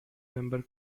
member